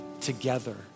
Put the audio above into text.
together